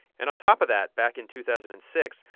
and on top of that, back in two thousand and six,